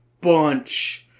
bunch